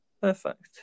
Perfect